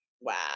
Wow